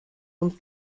und